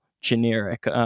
generic